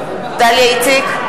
איציק,